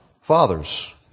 Fathers